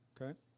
okay